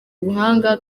ubuhanga